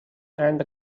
and